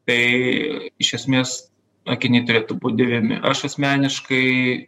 tai iš esmės akiniai turėtų būt dėvimi aš asmeniškai